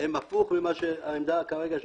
הן הפוך מעמדת המשרד כרגע.